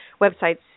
websites